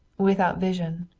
without vision.